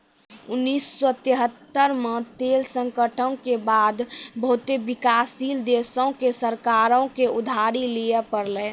उन्नीस सौ तेहत्तर मे तेल संकटो के बाद बहुते विकासशील देशो के सरकारो के उधारी लिये पड़लै